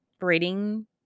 reading